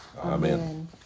Amen